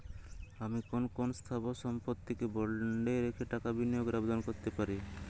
আমি কোন কোন স্থাবর সম্পত্তিকে বন্ডে রেখে টাকা বিনিয়োগের আবেদন করতে পারি?